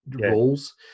roles